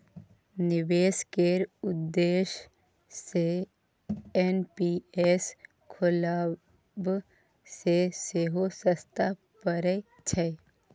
निबेश केर उद्देश्य सँ एन.पी.एस खोलब सँ सेहो सस्ता परय छै